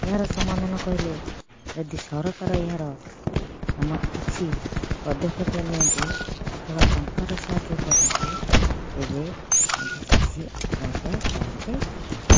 ଏହାର ସମାଧାନ କହିଲେ ଯଦି ସରକାର ଏହାର ସମା କିଛି ପଦକ୍ଷେପ ନିଅନ୍ତେ ଅଥବା ଟଙ୍କାର ସାହାଯ୍ୟ କରନ୍ତେ ତେବେ ଆଜି ଚାଷୀ ଆତ୍ମହତ୍ୟା କରନ୍ତେ ନାହିଁ